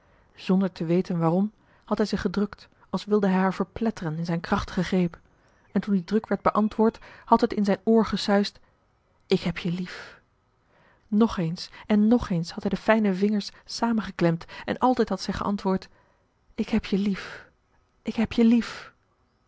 zonder te weten waarom had hij ze gedrukt als wilde hij haar verpletteren in zijn krachtigen greep en toen die druk werd beantwoord had het in zijn oor gesuisd ik heb je lief nog eens en nog eens had hij de fijne vingers samengeklemd en altijd had zij geantwoord ik heb je lief ik heb je lief